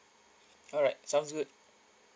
alright sounds good